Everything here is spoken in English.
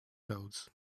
codes